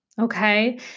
Okay